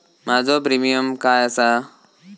माझो प्रीमियम काय आसा?